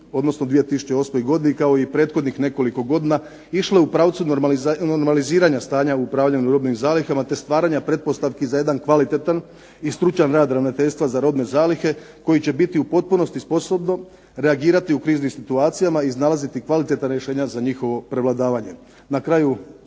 odnosno 2008. godini kao i prethodnih nekoliko godina išle u pravcu normaliziranja stanja upravljanja robnim zalihama, te stvaranja pretpostavki za jedan kvalitetan i stručan rad ravnateljstva za robne zalihe koji će biti u potpunosti sposobno reagirati u kriznim situacijama i iznalaziti kvalitetna rješenja za njihovo prevladavanje. Na kraju